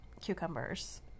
cucumbers